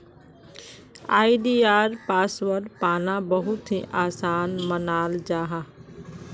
आई.डी.आर password पाना बहुत ही आसान मानाल जाहा